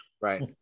right